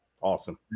Awesome